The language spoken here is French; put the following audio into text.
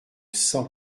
cent